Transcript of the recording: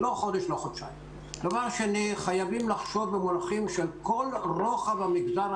וזו המשימה המרכזית ביותר - איך שומרים על המגזר העסקי,